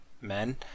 men